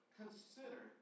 consider